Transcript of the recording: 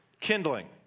kindling